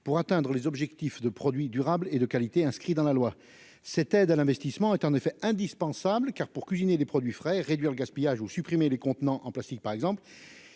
pour atteindre les objectifs de produits durables et de qualité, inscrit dans la loi cette aide à l'investissement est en effet indispensable car pour cuisiner des produits frais, réduire le gaspillage ou supprimer les contenants en plastique par exemple,